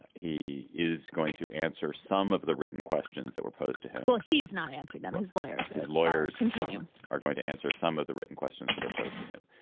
he is going to answer some of the written questions that were posed to him. well he's not answered them as lawyers as lawyers continuum are going to answer some of the written questions that are posed to him.